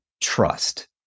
trust